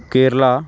Kerala